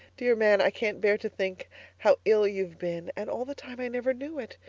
dear man, i can't bear to think how ill you've been and all the time i never knew it.